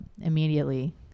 immediately